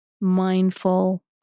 mindful